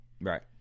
Right